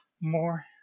more